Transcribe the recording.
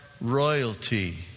royalty